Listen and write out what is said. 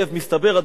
אדוני היושב-ראש,